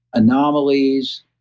anomalies,